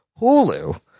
Hulu